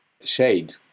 shade